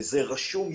וזה רשום.